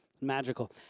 Magical